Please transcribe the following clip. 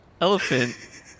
elephant